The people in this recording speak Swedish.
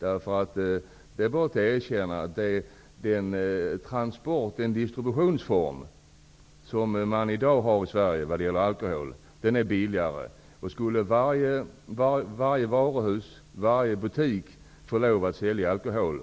Det är bara att erkänna att den distributionsform som man i dag har i Sverige när det gäller alkohol är billigare än vad den skulle bli med ett fritt försäljningssystem. Om varje varuhus och varje butik skulle få lov att sälja alkohol,